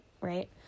right